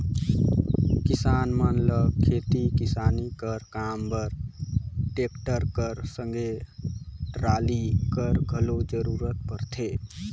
किसान मन ल खेती किसानी कर काम बर टेक्टर कर संघे टराली कर घलो जरूरत परथे